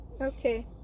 Okay